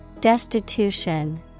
Destitution